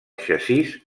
xassís